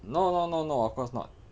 no no no no of course not